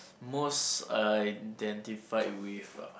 most identified with ah